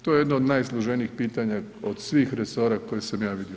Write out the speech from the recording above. To je jedno od najsloženijih pitanja od svih resora koje sam ja vidio.